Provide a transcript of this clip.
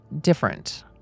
different